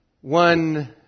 one